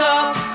up